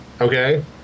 Okay